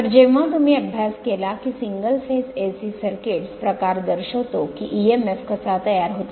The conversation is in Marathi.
तर जेव्हा तुम्ही अभ्यास केला की सिंगल फेज AC सर्किट्स प्रकार दर्शवितो की emf कसा तयार होतो